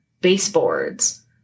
baseboards